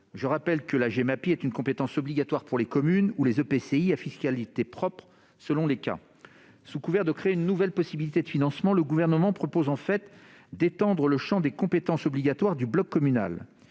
Je rappelle que la Gemapi est une compétence obligatoire pour les communes ou les EPCI à fiscalité propre, selon les cas. Sous couvert de créer une nouvelle possibilité de financement, le Gouvernement propose en fait d'étendre le champ des compétences obligatoires du bloc communal.